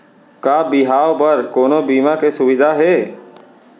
का बिहाव बर कोनो बीमा के सुविधा हे?